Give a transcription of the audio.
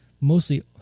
mostly